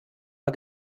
mal